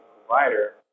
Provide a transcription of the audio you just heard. provider